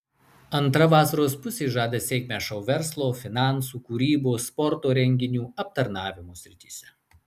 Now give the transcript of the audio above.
antra vasaros pusė žada sėkmę šou verslo finansų kūrybos sporto renginių aptarnavimo srityse